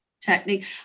technique